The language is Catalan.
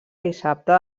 dissabte